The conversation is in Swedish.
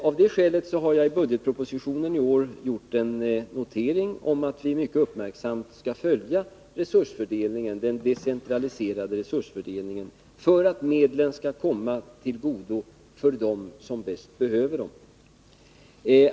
Av det skälet har jag i årets budgetproposition gjort en notering om att vi mycket uppmärksamt skall följa den decentraliserade resursfördelningen för att medlen skall komma dem till godo som bäst behöver dem.